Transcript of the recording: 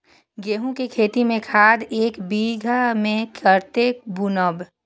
गेंहू के खेती में खाद ऐक बीघा में कते बुनब?